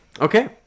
Okay